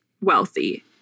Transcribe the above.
wealthy